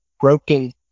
broken